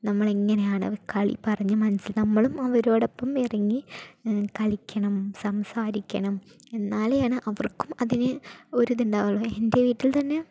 നമ്മൾ എങ്ങനെയാണ് ഒരു കളി പറഞ്ഞു നമ്മളും അവരോടൊപ്പം ഇറങ്ങി കളിക്കണം സംസാരിക്കണം എന്നാലാണ് അവർക്കും അതിനു ഒരിതുണ്ടാകുകയുള്ളു എന്റെ വീട്ടിൽ തന്നെ